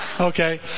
okay